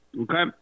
Okay